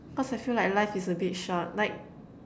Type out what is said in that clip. because I feel like life is a bit short like